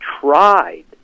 tried